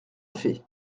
fait